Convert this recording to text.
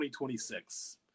2026